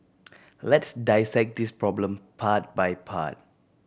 let's dissect this problem part by part